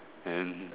and